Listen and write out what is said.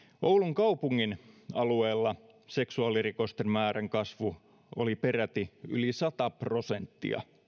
kaupungin alueella seksuaalirikosten määrän kasvu oli peräti yli sata prosenttia